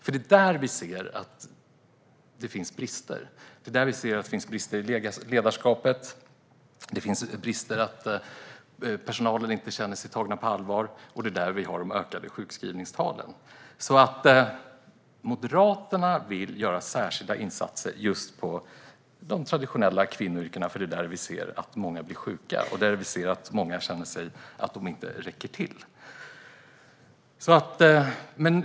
Det är nämligen där vi ser att det finns brister i ledarskapet och att personalen inte känner sig tagen på allvar. Det är också där vi har de stigande sjukskrivningstalen. Moderaterna vill alltså göra särskilda insatser inom de traditionella kvinnoyrkena, för det är där vi ser att många blir sjuka och känner att de inte räcker till.